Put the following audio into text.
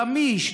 גמיש,